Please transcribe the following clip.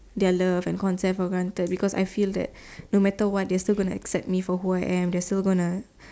their love and consent for granted because I feel that no matter what they are still gonna accept me for who I am they are still gonna